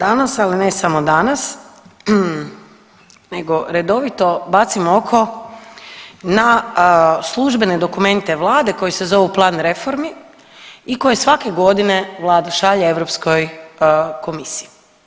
Danas, ali ne samo danas, nego redovito bacim oko na službene dokumente Vlade koji se zovu plan reformi i koje svake godine Vlada šalje EU komisiji.